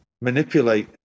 manipulate